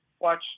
watch